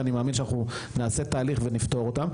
ואני מאמין שאנחנו נעשה תהליך ונפתור אותם.